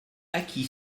acquis